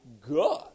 Good